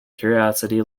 curiosity